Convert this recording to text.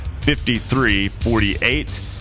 53-48